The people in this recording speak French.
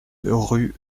rue